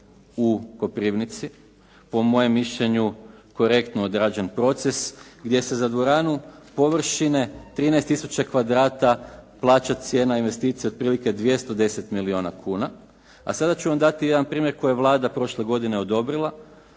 u Koprivnici. Po mojem mišljenju korektno odrađen proces gdje se za dvoranu površine 13 tisuća kvadrata plaća cijena investicije otprilike 210 milijuna kuna. A sada ću vam dati jedan primjer koji je Vlada prošle godine odobrila,